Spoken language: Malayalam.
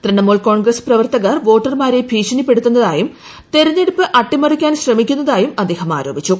ത്രിണമൂൽ കോൺഗ്രസ് പ്രവർത്തകർ വോട്ടർമാരെ ഭീഷണിപ്പെടുത്തുന്നതായും തെരഞ്ഞെടുപ്പ് അട്ടിമറിക്കാൻ ശ്രമിക്കുന്നതായും അദ്ദേഹം ആരോപിച്ചു